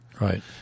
Right